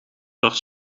dacht